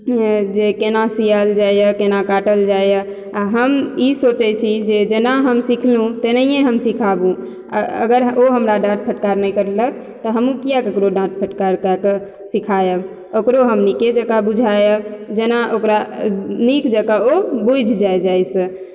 जे केना सियल जाइ यऽ केना काटल जाइ यऽ आ हम ई सोचै छी जे जेना हम सिखलु तेनाहिये हम सिखाबु अगर ओ हमरा डाँट फटकार नै करलक तऽ हमहुँ किया ककरो डाँट फटकार कए कऽ सिखायब ओकरो हम निके जकाँ बुझायब जेना ओकरा निक जकाँ ओ बुइझ जाइ जाइसँ